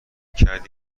کردی